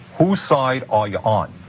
whose side are you on?